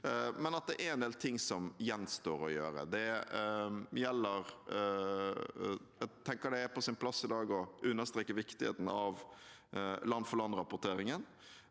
men at det er en del ting som gjenstår å gjøre. Jeg tenker det er på sin plass i dag å understreke viktigheten av land-for-landrapporteringen